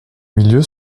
milieu